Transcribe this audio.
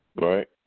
Right